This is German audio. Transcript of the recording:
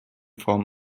form